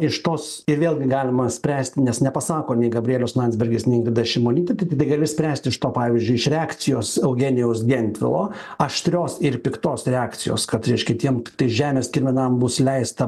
iš tos ir vėlgi galima spręsti nes nepasako nei gabrielius landsbergis nei šimonytė tai gali spręsti iš to pavyzdžiui iš reakcijos eugenijaus gentvilo aštrios ir piktos reakcijos kad reiškia tiem žemės kirminam bus leista